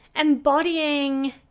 embodying